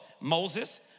Moses